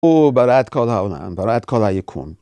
הוא ברא את כל העולם, ברא את כל היקום.